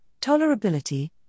tolerability